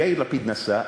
יאיר לפיד נסע,